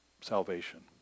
salvation